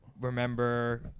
remember